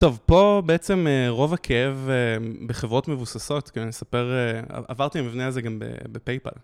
טוב, פה בעצם רוב הכאב בחברות מבוססות, כי אני אספר, עברתי מבנה על זה גם בפייפל.